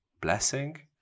blessing